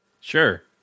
Sure